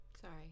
Sorry